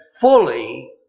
fully